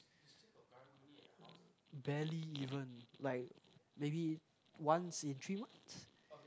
barely even like maybe once in three months